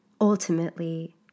ultimately